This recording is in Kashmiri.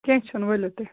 کیٚنٛہہ چھُنہٕ ؤلِو تُہۍ